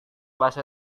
bahasa